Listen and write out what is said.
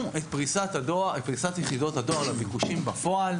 את פריסת יחידות הדואר לביקושים בפועל.